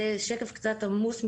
קצת עמוס.